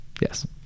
Yes